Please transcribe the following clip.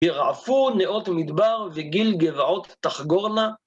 ירעפו נאות מדבר וגיל גבעות תחגורנה